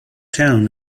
town